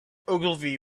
ogilvy